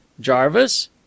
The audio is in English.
Jarvis